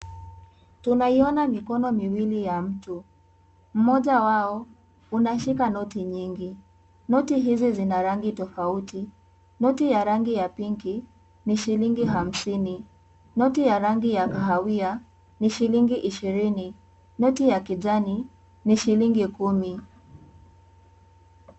Tunaiona mikono miwili ya mtu. Moja wao, unashika noti nyingi. Noti hizi, zina rangi tofauti. Noti ya rangi ya pinki ni shilingi hamsini, noti ya rangi ya kahawia ni shilingi ishirini, noti ya kijani ni shilingi kumi.